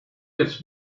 its